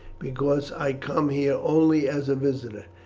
because i come here only as a visitor.